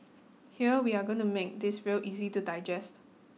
here we are gonna make this real easy to digest